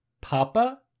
Papa